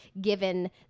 given